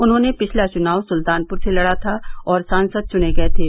उन्होंने पिछला चुनाव सुल्तानपुर से लड़ा था और सांसद चुने गये थे